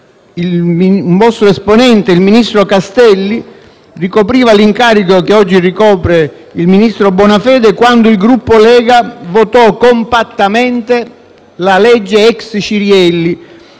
un vostro esponente, l'allora ministro Roberto Castelli, ricopriva l'incarico che oggi ricopre il ministro Bonafede, quando il Gruppo della Lega votò compattamente la legge ex Cirielli,